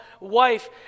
wife